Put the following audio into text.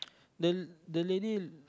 the the lady